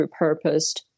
repurposed